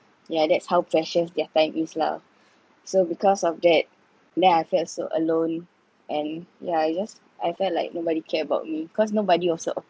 yeah that's how precious their time is lah so because of that then I felt so alone and yeah I just I felt like nobody care about me cause nobody also